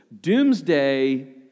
doomsday